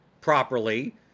properly